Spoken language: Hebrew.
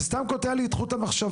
זה סתם קוטע לי את חוט המחשבה.